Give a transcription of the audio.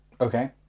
Okay